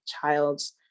child's